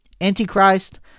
Antichrist